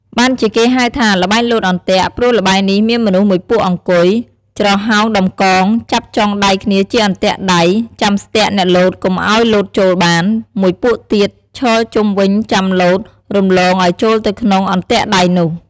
បានជាគេហៅថា ល្បែងលោតអន្ទាក់ ព្រោះល្បែងនេះមានមនុស្សមួយពួកអង្គុយ ច្រហោងដំកង់ ចាប់ចុងដៃគ្នាជាអន្លាក់ដៃ ចាំស្ទាក់អ្នកលោតកុំឲ្យលោតចូលបាន មួយពួកទៀត ឈរជុំវិញចាំលោត រំលងឲ្យចូលទៅក្នុងអន្ទាក់ដៃនោះ ។